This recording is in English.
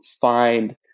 find